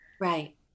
Right